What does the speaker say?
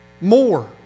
more